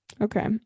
Okay